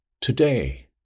today